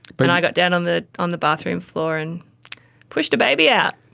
but and i got down on the on the bathroom floor and pushed a baby out.